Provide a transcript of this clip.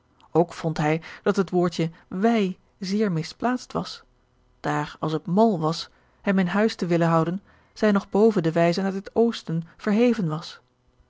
ook vond hij dat het woordje wij zeer misplaatst was daar als het mal was hem in huis te willen houden zij nog boven de wijzen uit het oosten verheven was